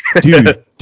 dude